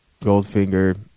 goldfinger